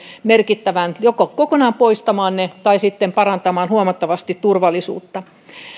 merkittävästi joko kokonaan poistamaan ne tai sitten parantamaan huomattavasti turvallisuutta